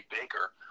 Baker